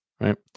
right